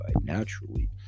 naturally